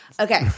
Okay